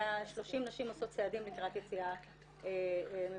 130 נשים עושות צעדים לקראת יציאה ממעגל